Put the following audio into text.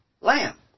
lamb